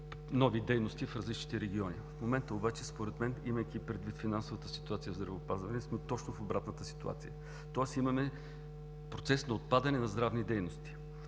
нови дейности в различните региони. В момента според мен, имайки предвид финансовата ситуация в здравеопазването, сме точно в обратната ситуация, тоест имаме процес на отпадане на здравни дейности.